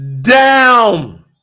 down